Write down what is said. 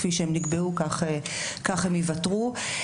כפי שהם נקבעו כך הם ייוותרו.